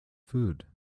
food